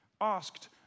asked